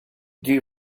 new